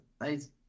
nice